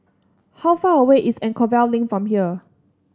how far away is Anchorvale Link from here